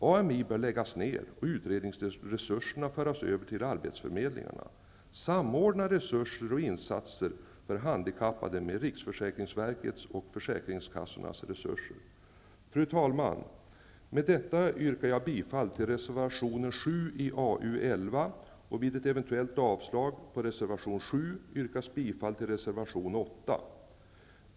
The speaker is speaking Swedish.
AMI bör läggas ner och utredningresurserna föras över till arbetsförmedlingarna. Samordna resurser och insatser för handikappade med riksförsäkringsverkets och försäkringskassornas resurser! Fru talman! Med detta yrkar jag bifall till reservation 7 till AU11, och vid ett eventuellt avslag på reservation 7 yrkas bifall till reservation 8.